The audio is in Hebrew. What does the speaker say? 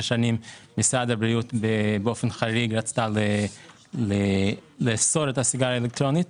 שנים משרד הבריאות רצה לאסור את השימוש בסיגריה האלקטרונית